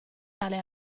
tale